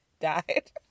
died